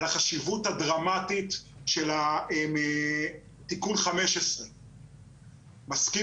על החשיבות הדרמטית של תיקון 15. מסכים